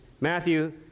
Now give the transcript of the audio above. Matthew